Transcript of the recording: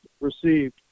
received